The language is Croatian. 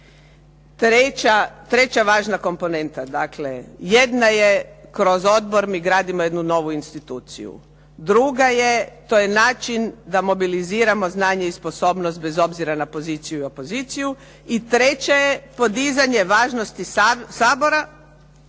Treća važna komponenta, dakle, jedna je kroz odbor, mi gradimo jednu novu instituciju, druga je, to je način da mobiliziramo znanje i sposobnost bez obzira na poziciju i opoziciju i treće je podizanje važnosti Sabora